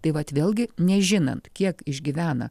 tai vat vėlgi nežinant kiek išgyvena